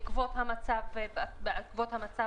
בעקבות המצב הזה,